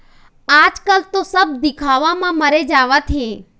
आजकल तो सब दिखावा म मरे जावत हें